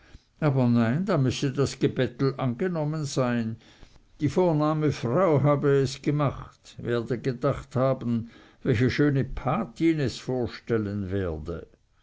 aber nein da müsse das gebettel angenommen sein die vornehme frau habe es gemacht werde gedacht haben welche schöne gotte es vorstellen werde